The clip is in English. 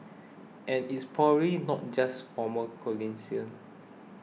and it's probably not just former